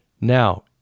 Now